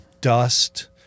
dust